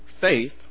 Faith